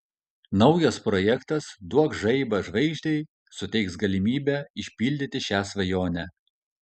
naujas projektas duok žaibą žvaigždei suteiks galimybę išpildyti šią svajonę